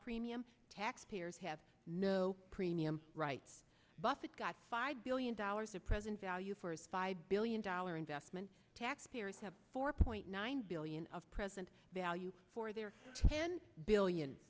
premium taxpayers have no premium right buffett got five billion dollars of present value for his five billion dollar investment taxpayer four point nine billion of present value for their ten billion